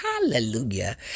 hallelujah